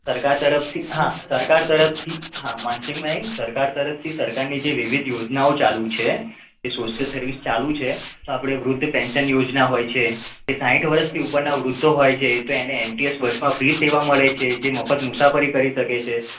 સરકાર તરફથી હા સરકાર તરફથી હા માનસિંગભાઇ સરકાર તરફથી સરકારની જે વિવિધ યોજનાઓ ચાલું છે જે સોશિયલ સર્વિસ ચાલું છે તો આપણે વૃદ્ધ પેંશન યોજના હોય છે એ સાઠ વરસથી ઉપરનાં વૃદ્ધો હોય છે તો એને એ એમ ટી એસ બસમાં ફ્રી સેવા મળે છે જે મફ્ત મુસાફરી કરી શકે છે